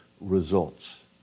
results